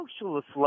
socialist